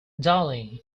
darling